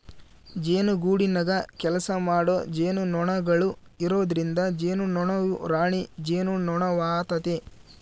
ಜೇನುಗೂಡಿನಗ ಕೆಲಸಮಾಡೊ ಜೇನುನೊಣಗಳು ಇರೊದ್ರಿಂದ ಜೇನುನೊಣವು ರಾಣಿ ಜೇನುನೊಣವಾತತೆ